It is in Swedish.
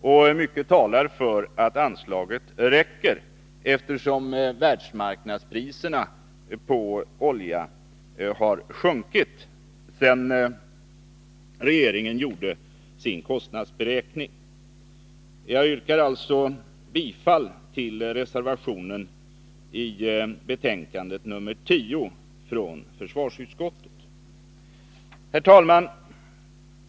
Och mycket talar för att anslaget räcker, eftersom världsmarknadspriserna på olja har sjunkit, sedan regeringen gjorde sin kostnadsberäkning. Jag yrkar bifall till reservationen i försvarsutskottets betänkande nr 10. Herr talman!